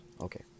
Okay